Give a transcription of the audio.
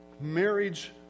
marriage